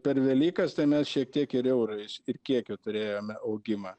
per velykas tai mes šiek tiek ir eurais ir kiekio turėjome augimą